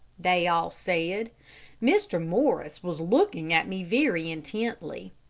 they all said. mr. morris was looking at me very intently.